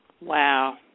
Wow